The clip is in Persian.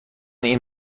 این